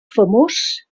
famós